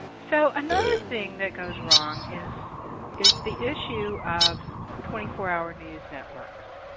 so another thing that goes wrong is is the issue of twenty four hour news networks.